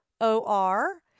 O-R